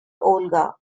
volga